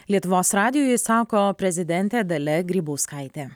lietuvos radijui sako prezidentė dalia grybauskaitė